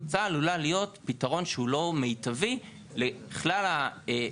התוצאה עלולה להיות פתרון שהוא לא מיטבי לכלל האזור.